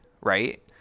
right